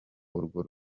urwo